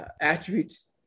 attributes